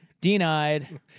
Denied